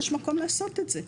יש מקום לעשות את זה.